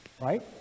Right